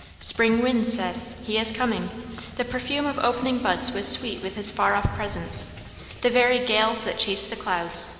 spring winds said, he is coming the perfume of opening buds was sweet with his far-off presence the very gales that chased the clouds,